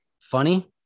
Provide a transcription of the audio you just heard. funny